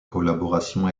collaboration